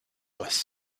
less